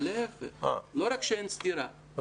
אין סתירה, להיפך.